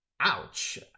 ouch